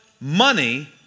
money